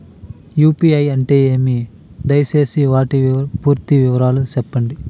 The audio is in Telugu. యు.పి.ఐ అంటే ఏమి? దయసేసి వాటి పూర్తి వివరాలు సెప్పండి?